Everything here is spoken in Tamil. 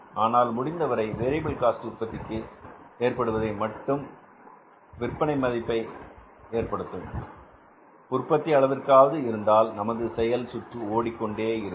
ஆனால் முடிந்தவரை வேரியபில் காஸ்ட் உற்பத்திக்கு ஏற்படுவதை மற்றும் விற்பனை மதிப்பை ஏற்படுத்தும் உற்பத்தி அளவிற்காவது இருந்தால் நமது செயல் சுற்று ஓடிக்கொண்டிருக்கும்